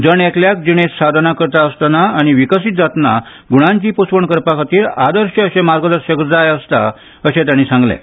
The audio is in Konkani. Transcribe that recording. जण एकल्याक जिर्णेत साधना करता आसतना आनी विकसीत जातना गुणांची पोसवण करपा खातीर आदर्श अशे मार्गदर्शक जाय आसता अशें तांणी सांगलें